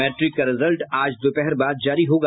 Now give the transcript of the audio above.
matric का result आज दोपहर बाद जारी होगा